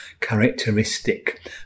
characteristic